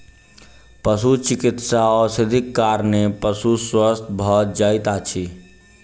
पशुचिकित्सा औषधिक कारणेँ पशु स्वस्थ भ जाइत अछि